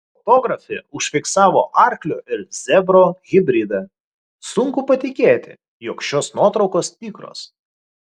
fotografė užfiksavo arklio ir zebro hibridą sunku patikėti jog šios nuotraukos tikros